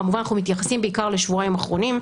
כמובן אנחנו מתייחסים בעיקר לשבועיים האחרונים.